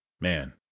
Man